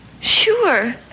Sure